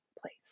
place